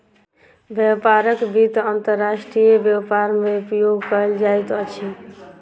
व्यापारक वित्त अंतर्राष्ट्रीय व्यापार मे उपयोग कयल जाइत अछि